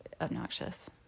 obnoxious